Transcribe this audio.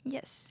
Yes